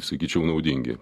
sakyčiau naudingi